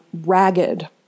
ragged